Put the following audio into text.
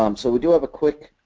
um so we do have a quick